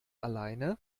alleine